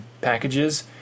packages